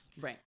Right